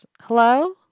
Hello